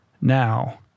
now